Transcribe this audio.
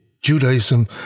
Judaism